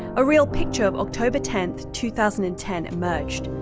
a real picture of october ten, two thousand and ten, emerged.